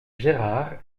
gérard